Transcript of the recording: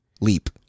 leap